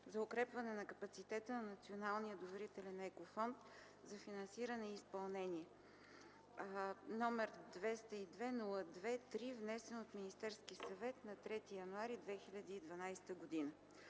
за укрепване на капацитета на Националния доверителен Еко Фонд за финансиране и изпълнение, № 202-02-3, внесен от Министерския съвет на 13 януари 2012 г.